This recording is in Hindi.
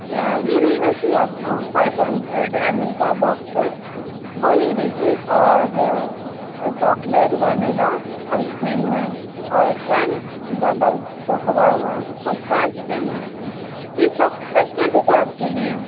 या ये लेना चाहिए आपको फाइव हंडरेड एम एल का बॉक्स है वो ले लीजिए और चॉकलेट वेनिला आइसक्रीम है और टेन डबल चोकोबार है खस्ता आइसक्रीम है यह सब पैक कर दूँ क्या आपके लिए